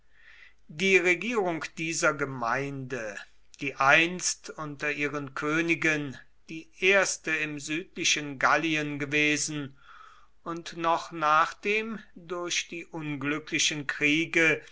die regierung dieser gemeinde die einst unter ihren königen die erste im südlichen gallien gewesen und noch nach dem durch die unglücklichen kriege